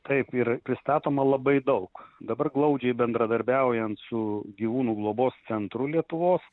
taip ir pristatoma labai daug dabar glaudžiai bendradarbiaujant su gyvūnų globos centru lietuvos